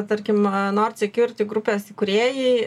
tarkim nord security grupės įkūrėjai